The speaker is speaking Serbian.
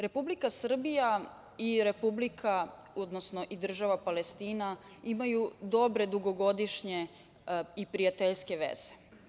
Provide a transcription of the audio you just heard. Republika Srbija i Država Palestina imaju dobre dugogodišnje i prijateljske veze.